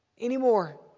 anymore